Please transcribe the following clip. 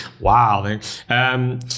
Wow